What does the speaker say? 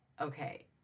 Okay